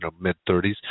mid-30s